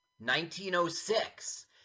1906